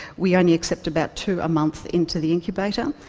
we only accept about two a month into the incubator,